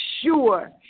sure